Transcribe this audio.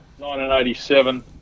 1987